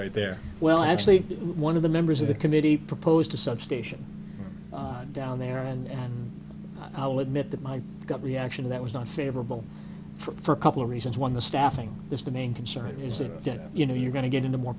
right there well actually one of the members of the committee proposed a substation down there and i will admit that my gut reaction to that was not favorable for a couple of reasons one the staffing this the main concern is that you know you're going to get into more